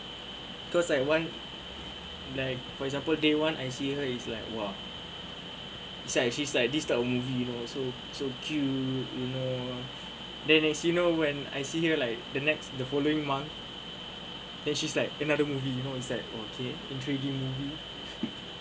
cause I want like for example day one I see her is like !wah! is like she's like this type of movie you know so so cute you know ah then next you know when I see her like the next the following month then she's like another movie you know is like okay intriguing movie